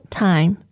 time